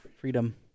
Freedom